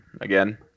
again